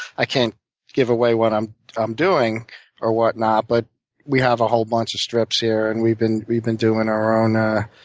i can't give away what i'm i'm doing or whatnot, but we have a whole bunch of strips here and we've been we've been doing our own ah